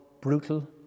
brutal